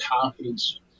confidence